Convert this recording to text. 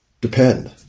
Depend